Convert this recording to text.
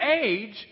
age